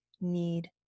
need